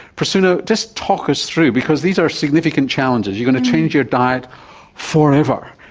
prasuna, just talk us through, because these are significant challenges. you're going to change your diet forever,